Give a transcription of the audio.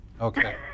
Okay